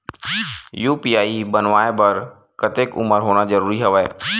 UPI बनवाय बर कतेक उमर होना जरूरी हवय?